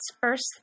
first